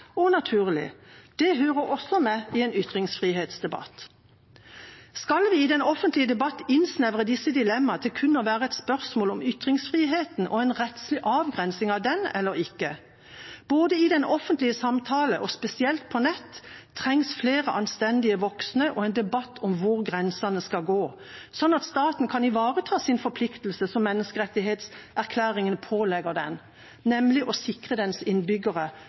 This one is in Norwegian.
og naturlig. Det hører også med i en ytringsfrihetsdebatt. Skal vi i den offentlige debatten innsnevre disse dilemmaene til kun å være et spørsmål om ytringsfriheten og en rettslig avgrensning av den eller ikke? Både i den offentlige samtale og spesielt på nett trengs flere anstendige voksne og en debatt om hvor grensene skal gå, slik at staten kan ivareta sin forpliktelse, som Menneskerettighetserklæringen pålegger den, nemlig å sikre dens innbyggere